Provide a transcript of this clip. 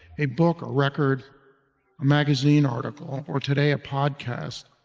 a book or a record, a magazine, article or today, a podcast,